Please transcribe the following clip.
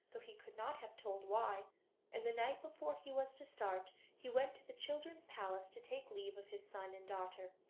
though he could not have told why and the night before he was to start he went to the children's palace to take leave of his son and daughter.